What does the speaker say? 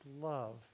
love